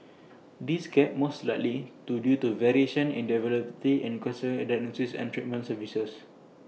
this gap most likely due to variations in the availability and quality of cancer diagnosis and treatment services